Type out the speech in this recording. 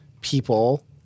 people